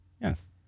yes